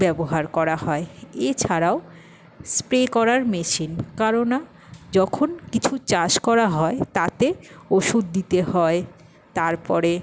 ব্যবহার করা হয় এছাড়াও স্প্রে করার মেশিন কেননা যখন কিছু চাষ করা হয় তাতে ওষুদ দিতে হয় তারপরে